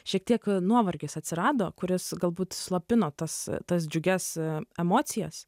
šiek tiek nuovargis atsirado kuris galbūt slopino tas tas džiugias emocijas